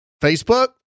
Facebook